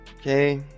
Okay